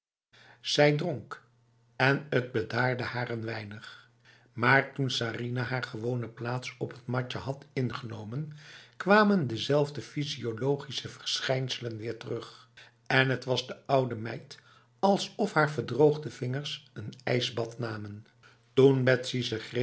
en t bedaarde haar een weinig maar toen sarinah haar gewone plaats op het matje had ingenomen kwamen dezelfde fysiologische verschijnselen weer terug en het was de oude meid alsof haar verdroogde vingers een ijsbad namen toen betsy ze